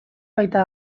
baita